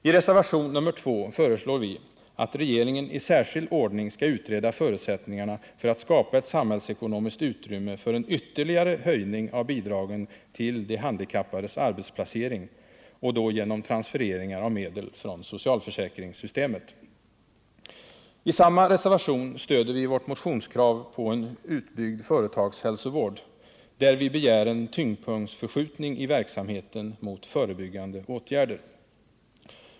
I reservation nr 2 föreslår vi att regeringen i särskild ordning skall utreda förutsättningarna för att skapa ett samhällsekonomiskt utrymme för en ytterligare höjning av bidragen till de handikappades arbetsplacering genom transfereringar av medel från socialförsäkringssystemet. I samma reservation stöder vi vårt motionskrav på en utbyggd företagshälsovård, där vi begär en tyngdpunktsförskjutning i verksamheten mot förebyggande åtgärder.